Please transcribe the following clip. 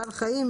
בעל חיים,